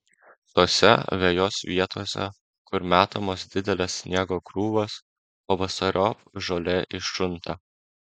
tose vejos vietose kur metamos didelės sniego krūvos pavasariop žolė iššunta